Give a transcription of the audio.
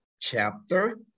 chapter